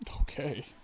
Okay